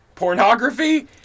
pornography